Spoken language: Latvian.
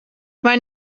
vai